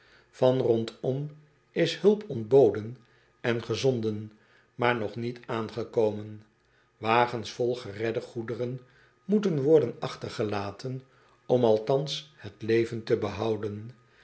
an rondom is hulp ontboden en gezonden maar nog niet aangekomen agens vol geredde goederen moeten worden achtergelaten om althans het leven te behouden